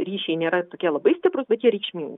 ryšiai nėra tokie labai stiprūs bet jie reikšmingi